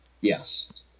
Yes